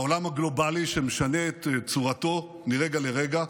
בעולם הגלובלי שמשנה את צורתו מרגע לרגע,